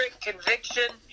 conviction